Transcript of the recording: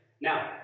Now